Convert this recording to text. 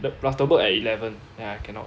the plus the work at eleven then I cannot